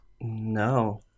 No